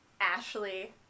Ashley